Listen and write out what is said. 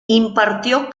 impartió